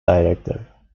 director